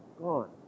gone